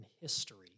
history